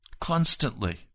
constantly